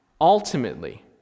ultimately